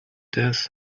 das